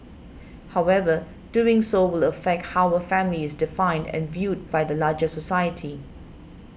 however doing so will affect how a family is defined and viewed by the larger society